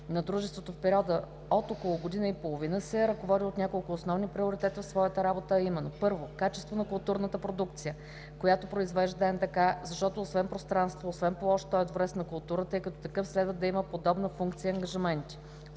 на дружеството в период от около година и половина, се е ръководил от няколко основни приоритета в своята работа, а именно: 1. Качеството на културната продукция, която произвежда НДК, защото освен пространство, освен площ, той е Дворец на културата и като такъв следва да има подобна функция и ангажименти.